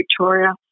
Victoria